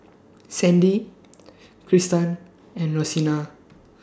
Sandy Kristan and Rosina